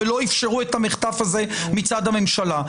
ולא אפשרו את המחטף הזה מצד הממשלה.